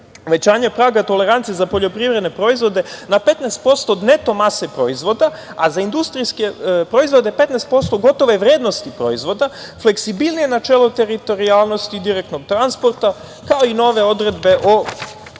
povećanja praga tolerancije za poljoprivredne proizvode na 15% od neto-mase proizvoda, a za industrijske proizvode 15% gotove vrednosti proizvoda, fleksibilnije načelo teritorijalnosti i direktnog transporta, kao i nove odredbe o